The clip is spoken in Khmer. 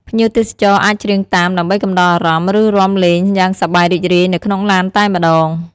ភ្ញៀវទេសចរអាចច្រៀងតាម ដើម្បីកំដរអារម្មណ៍ ឬរាំលេងយ៉ាងសប្បាយរីករាយនៅក្នុងឡានតែម្តង។